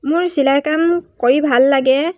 মোৰ চিলাই কাম কৰি ভাল লাগে